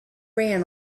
ran